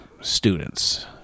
students